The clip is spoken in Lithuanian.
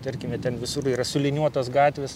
tarkime ten visur yra suliniuotos gatvės